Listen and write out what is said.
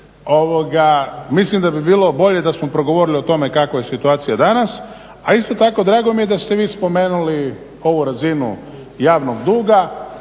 mislim da bi bilo bolje da smo progovorili o tome kakva je situacija danas a isto tako drago mi je da ste vi spomenuli ovu razinu javnog duga